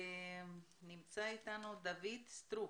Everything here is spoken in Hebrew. נמצא אתנו דוד סטרוק.